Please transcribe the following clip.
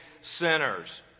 sinners